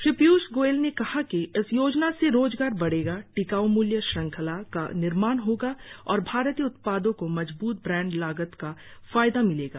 श्री पीयूष गोयल ने कहा कि इस योजना से रोजगार बढेगा टिकाऊ मूल्य श्रृंखला का निर्माण होगा और भारतीय उत्पादों को मजबूत ब्रांड लागत का फायदा मिलेगा